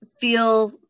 feel